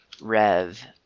rev